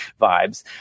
vibes